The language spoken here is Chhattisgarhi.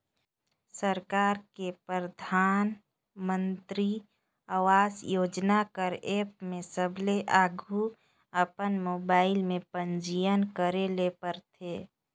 सरकार के परधानमंतरी आवास योजना कर एप में सबले आघु अपन मोबाइल में पंजीयन करे ले परथे